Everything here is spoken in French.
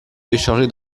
déchargé